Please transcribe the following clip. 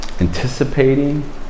anticipating